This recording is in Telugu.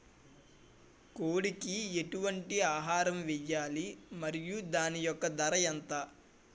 కోడి కి ఎటువంటి ఆహారం వేయాలి? మరియు దాని యెక్క ధర ఎంత?